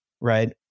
right